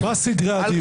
מה סדרי הדיון?